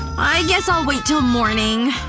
i guess i'll wait til morning.